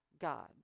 God